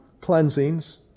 cleansings